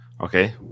okay